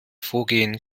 vorgehen